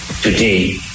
Today